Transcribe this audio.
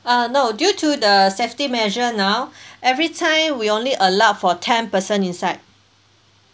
uh no due to the safety measure now every time we only allowed for ten person inside